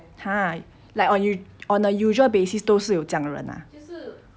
!huh! like on u~ on the usual basis 都是有这样的人 ah